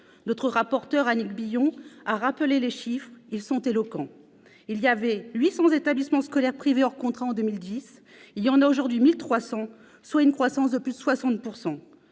Notre rapporteur, Annick Billon, a rappelé les chiffres ; ils sont éloquents. Il y avait 800 établissements scolaires privés hors contrat en 2010. Il y en a aujourd'hui 1 300 ; ils ont donc connu une croissance de plus de 60 %.